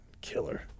Killer